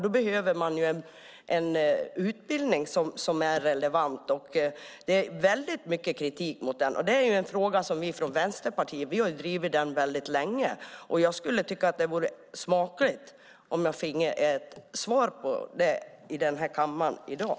Då behöver man en utbildning som är relevant. Det förs fram mycket kritik mot den, och vi från Vänsterpartiet har länge drivit just den frågan. Jag skulle tycka att det vore lämpligt att jag fick svar i kammaren i dag.